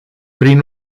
prin